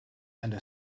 and